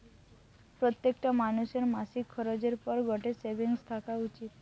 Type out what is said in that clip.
প্রত্যেকটা মানুষের মাসিক খরচের পর গটে সেভিংস থাকা উচিত